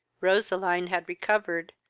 roseline had recovered,